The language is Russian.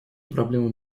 проблемы